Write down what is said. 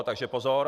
Takže pozor.